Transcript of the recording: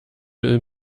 will